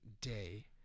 day